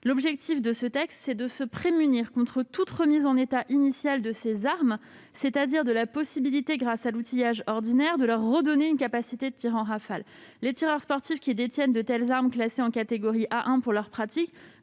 L'objectif de ce texte est de se prémunir contre toute remise en état initial de ces armes, c'est-à-dire contre la possibilité, grâce à de l'outillage ordinaire, de leur redonner une capacité de tir en rafales. Les tireurs sportifs qui détiennent, pour leur pratique, de telles armes classées en catégorie A1 devront